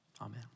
amen